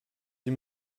sie